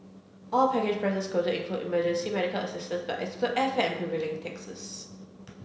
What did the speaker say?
all package prices quoted include emergency medical assistance but exclude airfare and prevailing taxes